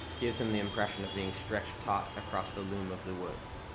gives him the impression of being stretched taut across the loom of the woods.